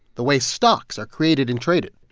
the way stocks are created and traded?